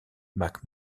mac